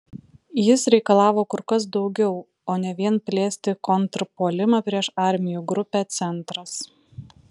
jis reikalavo kur kas daugiau o ne vien plėsti kontrpuolimą prieš armijų grupę centras